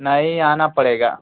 नहीं आना पड़ेगा